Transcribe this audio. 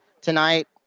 tonight